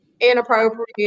inappropriate